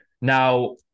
Now